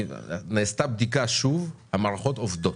המערכות עובדות.